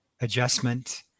adjustment